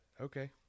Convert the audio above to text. okay